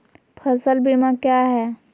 फ़सल बीमा क्या है?